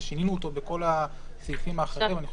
ששינינו אותו בכל הסעיפים האחרונים.